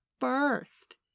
first